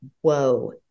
whoa